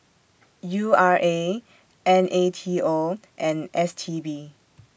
U R A N A T O and S T B